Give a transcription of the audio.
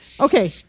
Okay